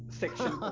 section